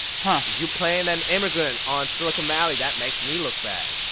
but you playing an immigrant on silicon valley that makes me look bad,